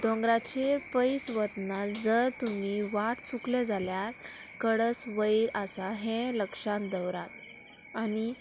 दोंगराचेर पयस वतना जर तुमी वाट चुकले जाल्यार कडस वयर आसा हें लक्षान दवरात आनी